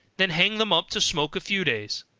then hang them up to smoke a few days,